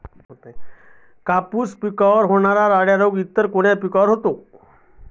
कापूस पिकावर होणारा लाल्या रोग इतर कोणत्या पिकावर होतो?